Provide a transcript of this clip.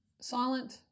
silent